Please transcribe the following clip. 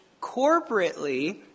corporately